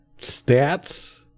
stats